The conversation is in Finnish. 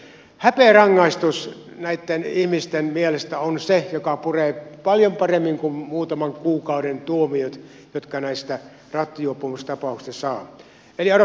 häpeärangaistus näitten ihmisten mielestä on se joka puree paljon paremmin kuin muutaman kuukauden tuomiot jotka näistä rattijuopumustapauksista saa